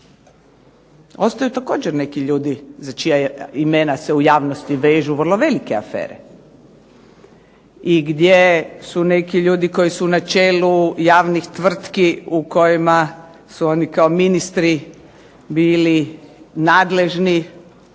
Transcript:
Ostaju također neki ljudi za čija je imena se u javnosti vežu vrlo velike afere i gdje su neki ljudi koji su na čelu javnih tvrtki u kojima su oni kao ministri bili nadležni